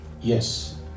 Yes